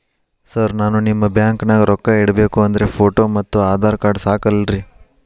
Sir ನಾನು ನಿಮ್ಮ ಬ್ಯಾಂಕನಾಗ ರೊಕ್ಕ ಇಡಬೇಕು ಅಂದ್ರೇ ಫೋಟೋ ಮತ್ತು ಆಧಾರ್ ಕಾರ್ಡ್ ಸಾಕ ಅಲ್ಲರೇ?